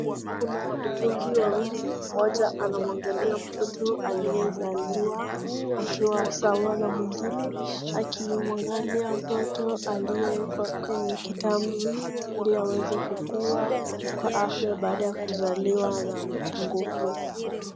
Kuana uguzi wawili, mmoja anamwangalia mtoto aliye zaliwa akiwa sawa na mwingine akimwangalia mtoto aliye kwenye kitamzi ili aweze kukua kwenye afya baada ya kuzaliwa na mapungufu.